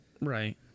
Right